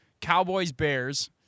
Cowboys-Bears